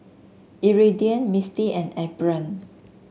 Iridian Mistie and Ephram